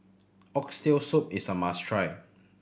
Oxtail Soup is a must try